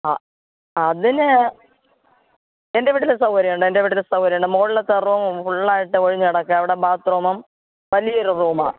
ആ അതിന് എൻ്റെ വീട്ടില് സൗകര്യമുണ്ട് എൻ്റെ വീട്ടില് സൗകര്യമുണ്ട് മുകളിലത്തെ റൂം ഫുള്ളായിട്ട് ഒഴിഞ്ഞുകിടക്കുകയാണ് അവിടെ ബാത്റൂമും വലിയൊരു റൂമാണ്